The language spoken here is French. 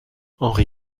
henri